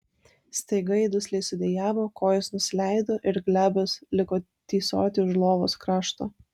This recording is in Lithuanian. staiga ji dusliai sudejavo kojos nusileido ir glebios liko tysoti už lovos krašto